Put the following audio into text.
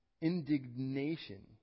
indignation